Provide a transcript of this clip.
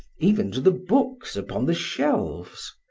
even to the books upon the shelves.